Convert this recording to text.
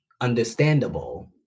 understandable